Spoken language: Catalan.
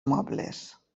mobles